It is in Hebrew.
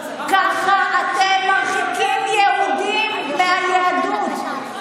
ככה אתם מרחיקים יהודים מהיהדות.